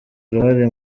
uruhare